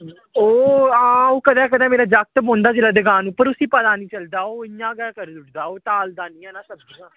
ओह् हां ओह् कदें कंदे मेरा जगत बौंह्दा जिसलै दकान उप्पर उसी पता नेईं चलदा ओह् इ'यां गै करी ओड़दा ओह् तालदा नेईं ऐ ना सब्जी